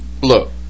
Look